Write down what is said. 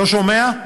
לא שומע.